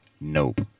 Nope